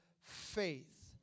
faith